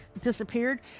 disappeared